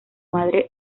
madre